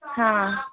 हाँ